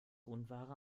unwahre